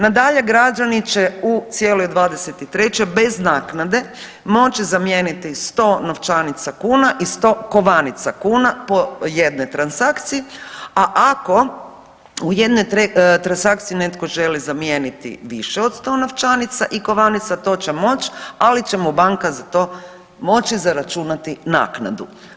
Nadalje, građani će u cijeloj '23. bez naknade moći zamijeniti 100 novčanica kuna i 100 kovanica kuna po jednoj transakciji, a ako u jednoj transakciji netko želi zamijeniti više od 100 novčanica i kovanica to će moć, ali će mu banka za to moći zaračunati naknadu.